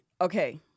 okay